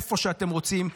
איפה שאתם רוצים,